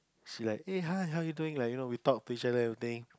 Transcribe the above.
she like eh hi how are you doing we talk to each other and everything